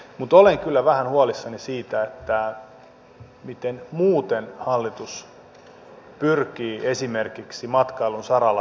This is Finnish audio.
mutta olen kyllä vähän huolissani siitä miten muuten hallitus pyrkii esimerkiksi matkailun saralla vientiä edistämään